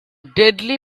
deadly